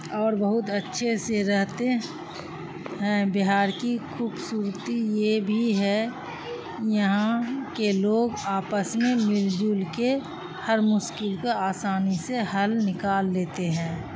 اور بہت اچھے سے رہتے ہیں بہار کی خوبصورتی یہ بھی ہے یہاں کے لوگ آپس میں مل جل کے ہر مشکل کا آسانی سے حل نکال لیتے ہیں